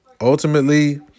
ultimately